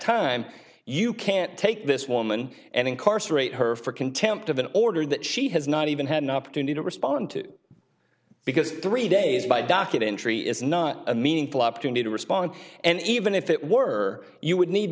time you can't take this woman and incarcerate her for contempt of an order that she has not even had an opportunity to respond to because three days by docket entry is not a meaningful opportunity to respond and even if it were you would need